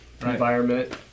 environment